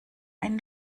ein